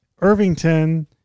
Irvington